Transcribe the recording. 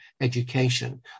education